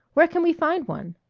where can we find one?